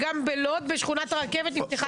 בלוד, בשכונת הרכבת נפתחה תחנה.